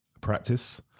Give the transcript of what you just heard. practice